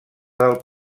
del